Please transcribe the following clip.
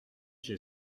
j’ai